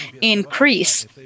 increase